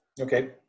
Okay